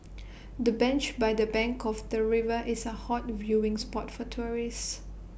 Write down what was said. the bench by the bank of the river is A hot viewing spot for tourists